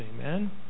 Amen